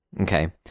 Okay